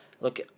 Look